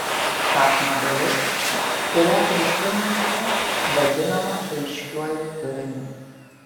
sapno dalis kurią prisimenate vadinama aiškiuoju turiniu